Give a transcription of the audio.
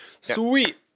Sweet